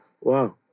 Wow